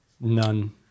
None